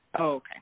Okay